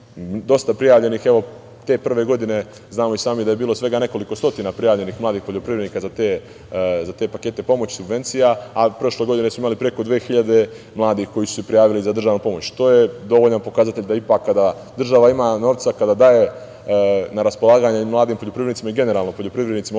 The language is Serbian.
dosta prijavljenih. Te prve godine znamo i sami da je bilo svega nekoliko stotina prijavljenih mladih poljoprivrednika za te pakete pomoći subvencija, a prošle godine smo imali preko 2.000 mladih koji su se prijavili za državnu pomoć. To je dovoljan pokazatelj da ipak kada država ima novca, kada daje na raspolaganje mladim poljoprivrednicima i generalno poljoprivrednicima